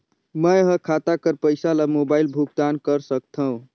मैं ह खाता कर पईसा ला मोबाइल भुगतान कर सकथव?